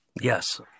yes